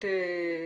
לו.